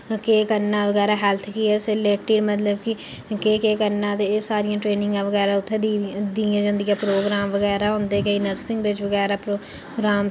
केह् करना बगैरा हैल्थ केयर से रिलेटेड मतलब कि केह् केह् करना ते एह् सारियां ट्रेनिंगां बगैरा उत्थैं दी दियां जंदियां प्रोग्राम बगैरा होंदे केईं नर्सिंग बिच्च बगैरा प्रोग्राम